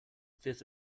fifth